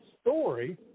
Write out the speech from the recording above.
story